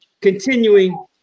continuing